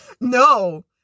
No